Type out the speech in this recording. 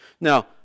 Now